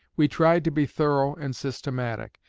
we tried to be thorough and systematic.